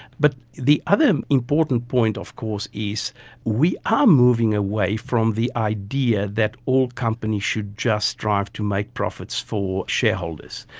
but the other important point of course is we are moving away from the idea that all companies should just strive to make profits for shareholders.